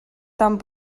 tant